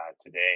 today